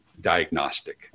diagnostic